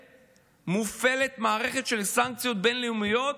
מופעלת מערכת של סנקציות בין-לאומיות,